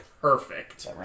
Perfect